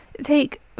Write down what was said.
Take